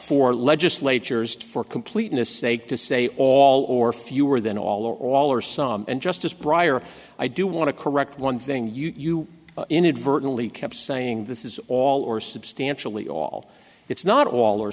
for legislatures for completeness sake to say all or fewer than all or all or some and justice briar i do want to correct one thing you inadvertently kept saying this is all or substantially all it's not all o